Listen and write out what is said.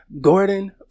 Gordon